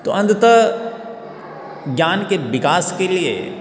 तो अन्ततः ज्ञान के विकास के लिए